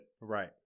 Right